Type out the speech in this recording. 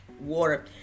water